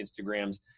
Instagrams